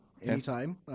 Anytime